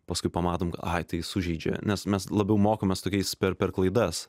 paskui pamatom ai tai sužeidžia nes mes labiau mokomės tokiais per per klaidas